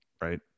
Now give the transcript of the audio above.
right